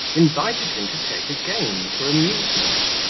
invited him to take a game for amusement.